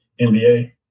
NBA